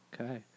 Okay